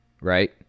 right